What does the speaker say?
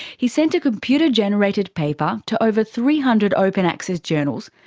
he sent a computer generated paper to over three hundred open access journals,